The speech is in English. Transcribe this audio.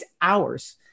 hours